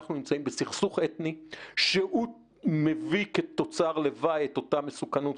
אנחנו נמצאים בסכסוך אתני שמביא כתוצר לוואי את אותה מסוכנות,